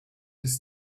his